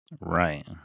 right